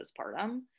postpartum